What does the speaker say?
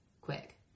quick